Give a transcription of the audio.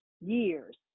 years